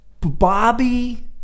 Bobby